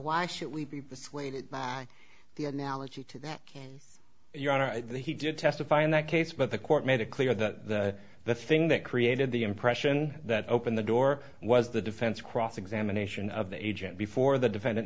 why should we be persuaded by the analogy to that your honor that he did testify in that case but the court made it clear that the thing that created the impression that opened the door was the defense cross examination of the agent before the defendant